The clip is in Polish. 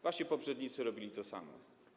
Wasi poprzednicy robili to samo.